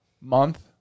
month